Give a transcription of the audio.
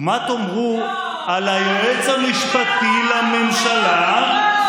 לא, ומה תאמרו על היועץ המשפטי לממשלה לשעבר,